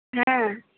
হ্যাঁ